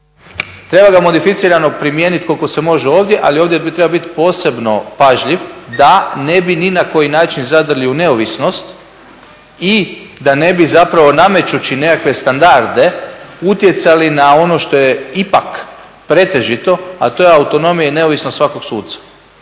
Treba ga modificirano primijeniti koliko se može ovdje, ali ovdje treba biti posebno pažljiv da ne bi ni na koji način zadrli u neovisnost i da ne bi zapravo namećući nekakve standarde utjecali na ono što je ipak pretežito, a to je autonomija i neovisnost svakog suca.